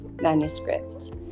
manuscript